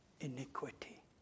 iniquity